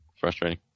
frustrating